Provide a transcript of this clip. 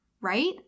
right